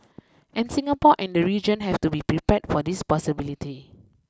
and Singapore and the region have to be prepared for this possibility